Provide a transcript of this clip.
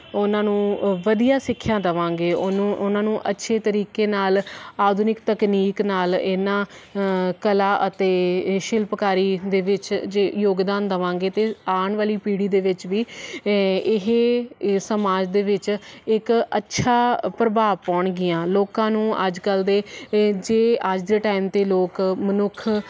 ਉਹਨਾਂ ਨੂੰ ਵਧੀਆ ਸਿੱਖਿਆ ਦਵਾਂਗੇ ਉਹਨੂੰ ਉਹਨਾਂ ਨੂੰ ਅੱਛੇ ਤਰੀਕੇ ਨਾਲ ਆਧੁਨਿਕ ਤਕਨੀਕ ਨਾਲ ਇਹਨਾਂ ਕਲਾ ਅਤੇ ਸ਼ਿਲਪਕਾਰੀ ਦੇ ਵਿੱਚ ਜੇ ਯੋਗਦਾਨ ਦਵਾਂਗੇ ਅਤੇ ਆਉਣ ਵਾਲੀ ਪੀੜੀ ਦੇ ਵਿੱਚ ਵੀ ਇਹ ਸਮਾਜ ਦੇ ਵਿੱਚ ਇੱਕ ਅੱਛਾ ਪ੍ਰਭਾਵ ਪਾਉਣਗੀਆਂ ਲੋਕਾਂ ਨੂੰ ਅੱਜ ਕੱਲ ਦੇ ਜੇ ਅੱਜ ਦੇ ਟਾਈਮ 'ਤੇ ਲੋਕ ਮਨੁੱਖ